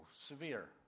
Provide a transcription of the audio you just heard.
Severe